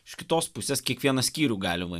iš kitos pusės kiekvieną skyrių galima